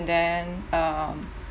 then um